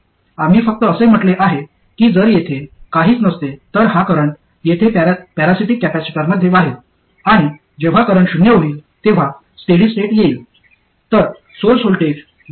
आम्ही फक्त असे म्हटले आहे की जर येथे काहीच नसते तर हा करंट येथे पॅरासिटिक कॅपेसिटरमध्ये वाहेल आणि जेव्हा करंट शून्य होईल तेव्हा स्टेडी स्टेट येईल तर सोर्स व्होल्टेज गेट व्होल्टेजच्या समान बनणे आवश्यक आहे